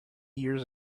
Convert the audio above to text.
years